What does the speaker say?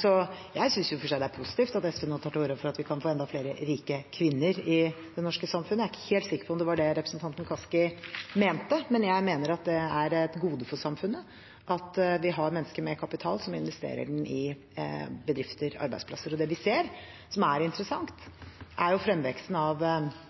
Så jeg synes for så vidt det er positivt at SV nå tar til orde for at vi kan få enda flere rike kvinner i det norske samfunnet. Jeg er ikke helt sikker på om det var det representanten Kaski mente, men jeg mener at det er et gode for samfunnet at vi har mennesker med kapital som investerer den i bedrifter og arbeidsplasser. Og det vi ser, som er interessant, er fremveksten av